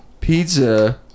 pizza